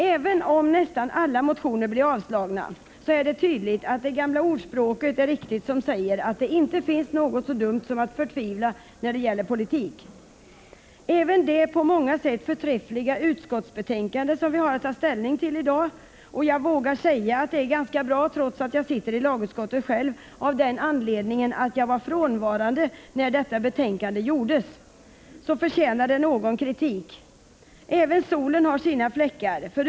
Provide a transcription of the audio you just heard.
Även om nästan alla motioner blir avslagna, så är det tydligt att det gamla ordspråket är riktigt som säger att det inte finns något så dumt som att förtvivla, när det gäller politik. Även om det utskottsbetänkande som vi har att ta ställning till i dag på många sätt är förträffligt — jag vågar säga att det är ganska bra, trots att jag sitter i lagutskottet själv — vill jag framföra någon kritik, av den anledningen att jag var frånvarande när detta betänkande utarbetades. Även solen har sina fläckar.